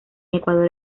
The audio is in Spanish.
ecuador